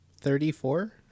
thirty-four